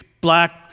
black